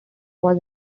was